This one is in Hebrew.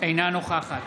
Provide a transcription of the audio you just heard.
אינה נוכחת